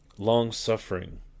long-suffering